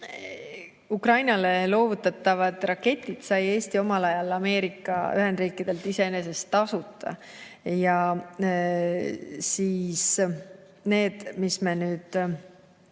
Ukrainale loovutatavad raketid sai Eesti omal ajal Ameerika Ühendriikidelt iseenesest tasuta. Ja need, mis me nüüd